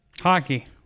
Hockey